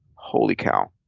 holy cow,